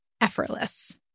effortless